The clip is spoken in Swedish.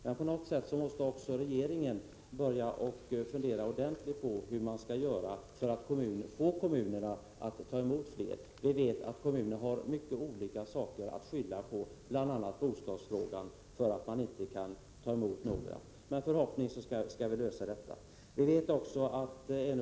Men på något sätt måste också regeringen börja fundera ordentligt på hur vi skall göra för att få kommunerna att ta emot fler. Vi vet att kommunerna har många olika förhållanden att skylla på, bl.a. bostadsbristen, för att säga att de inte kan ta emot fler. Förhoppningsvis kommer vi att lösa den här frågan.